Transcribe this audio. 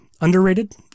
Underrated